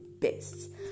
best